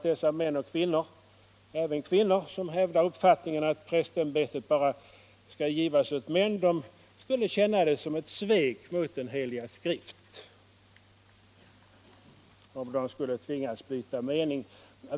Dessa män, och även kvinnor, som hävdar uppfattningen att prästämbetet bara skall givas åt män, skulle känna det som ett svek mot den Heliga Skrift om de skulle tvingas byta mening.